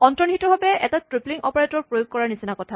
অন্তঃনিহিত ভাৱে এটা tripling operator প্ৰয়োগ কৰাৰ নিচিনা কথা